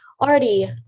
already